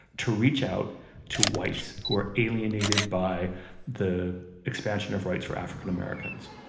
to reach out to whites who are alienated by the expansion of rights for african americans.